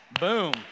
Boom